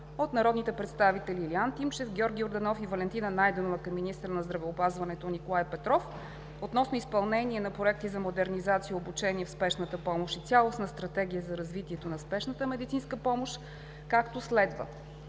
от народните представители Илиян Тимчев, Георги Йорданов и Валентина Найденова към министъра на здравеопазването Николай Петров относно изпълнение на проекти за модернизация и обучение в спешната помощ и цялостна стратегия за развитието на спешната медицинска помощ, е както следва.